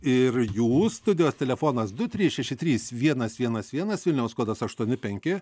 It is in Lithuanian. ir jų studijos telefonas du trys šeši trys vienas vienas vienas vilniaus kodas aštuoni penki